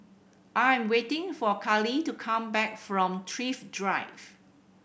I am waiting for Karly to come back from Thrift Drive